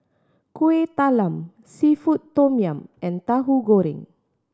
Kuih Talam seafood tom yum and Tauhu Goreng